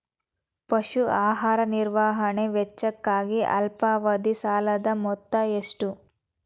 ಪಶು ಆಹಾರ ನಿರ್ವಹಣೆ ವೆಚ್ಚಕ್ಕಾಗಿ ಅಲ್ಪಾವಧಿ ಸಾಲದ ಮೊತ್ತ ಎಷ್ಟು?